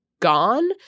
gone